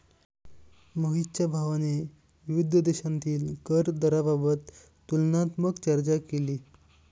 मोहितच्या भावाने विविध देशांतील कर दराबाबत तुलनात्मक चर्चा केली